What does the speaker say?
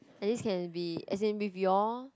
at least can be as in with you all